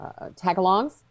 Tagalongs